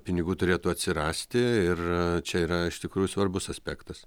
pinigų turėtų atsirasti ir čia yra iš tikrųjų svarbus aspektas